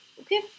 Okay